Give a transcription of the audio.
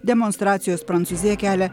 demonstracijos prancūziją kelia